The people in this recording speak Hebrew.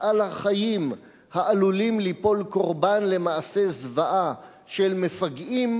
על החיים העלולים ליפול קורבן למעשי זוועה של מפגעים,